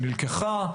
שנלקחה.